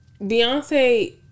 Beyonce